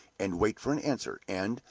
and wait for an answer and,